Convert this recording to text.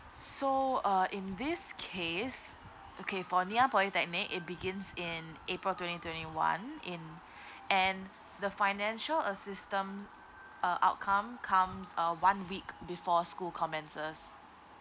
so uh in this case okay for ngee ann polytechnic it begins in april twenty twenty one in and the financial assistant uh outcome comes uh one week before school commences